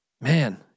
Man